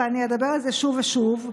ואני אדבר על זה שוב ושוב,